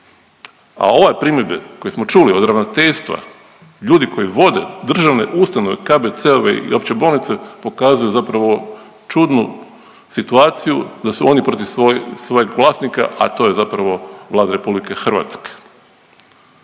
A ove primjedbe koje smo čuli od ravnateljstva, ljudi koji vode državne ustanove, KBC-ove i opće bolnice, pokazuju zapravo čudnu situaciju da su oni protiv svojeg vlasnika, a to je zapravo Vlada RH.